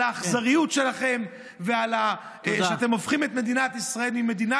על האכזריות שלכם ועל שאתם הופכים את מדינת ישראל ממדינה